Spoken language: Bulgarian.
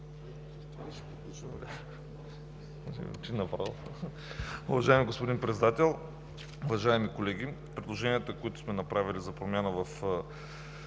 Уважаеми господин Председател, уважаеми колеги! Предложенията, които сме направили за промяна в